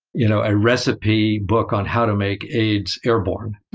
you know a recipe book on how to make aids airborne.